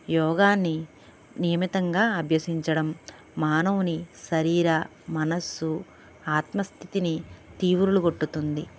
యోగాని నియమితంగా అభ్యసించడం మానవుని శరీర మనస్సు ఆత్మస్థితిని తీవురులుకొట్టుతుంది